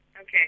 Okay